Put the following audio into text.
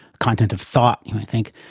content of thought, i think,